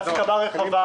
בהסכמה רחבה,